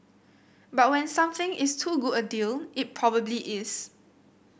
but when something is too good a deal it probably is